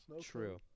True